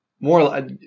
more